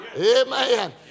Amen